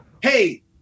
hey